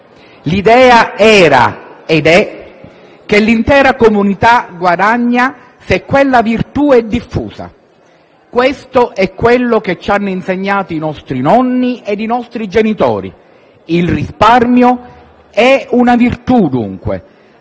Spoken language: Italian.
L'idea era ed è che l'intera comunità guadagna se quella virtù è diffusa. Questo è quanto ci hanno insegnato i nostri nonni e i nostri genitori. Il risparmio è, dunque,